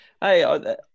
Hey